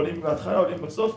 עולים בהתחלה ועולים בסוף,